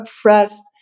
oppressed